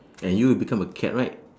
and you will become a cat right